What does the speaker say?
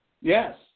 yes